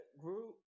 group